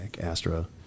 Astra